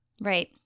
Right